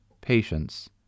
patience